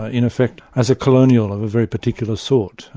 ah in effect, as a colonial of a very particular sort,